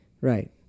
Right